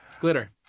Glitter